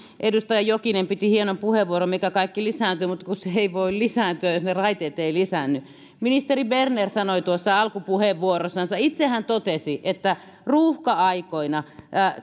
edustaja jokinen piti hienon puheenvuoron siitä mikä kaikki lisääntyy mutta kun se ei voi lisääntyä jos ne raiteet eivät lisäänny ministeri berner sanoi alkupuheenvuorossansa itse hän totesi että ruuhka aikoina